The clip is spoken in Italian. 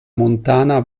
montana